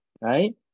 right